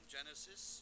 Genesis